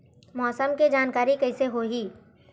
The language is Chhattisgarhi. मौसम के जानकारी कइसे होही?